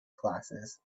classes